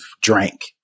drank